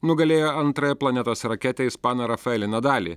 nugalėjo antrąją planetos raketę ispaną rafaelį nadalį